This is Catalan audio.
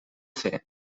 fer